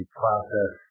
process